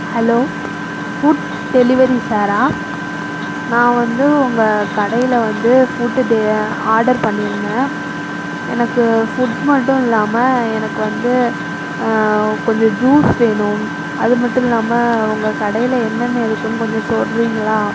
hello food delivery சாரா நான் வந்து உங்கள் கடையில் வந்து ஃபுட்டு டே ஆர்டர் பண்ணியிருந்தேன் எனக்கு ஃபுட் மட்டும் இல்லாமல் எனக்கு வந்து கொஞ்சம் ஜூஸ் வேணும் அதுமட்டுல்லாமல் உங்க கடையில் என்னென்ன இருக்குதுன்னு கொஞ்சம் சொல்றீங்களா